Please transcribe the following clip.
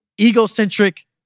egocentric